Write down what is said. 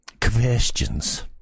questions